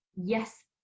yes